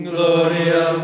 Gloria